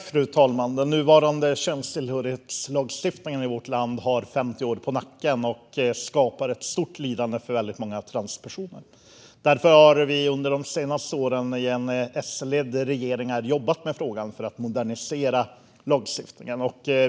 Fru talman! Den nuvarande könstillhörighetslagstiftningen i vårt land har 50 år på nacken och skapar stort lidande för väldigt många transpersoner. Därför har vi under de senaste åren jobbat med frågan i S-ledda regeringar för att modernisera lagstiftningen.